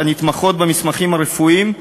הנתמכות במסמכים רפואיים,